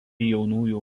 jaunųjų